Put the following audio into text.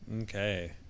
Okay